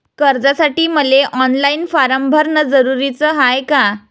कर्जासाठी मले online form भरन जरुरीच हाय का?